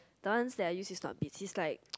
that one that I use is not big it's like